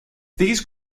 these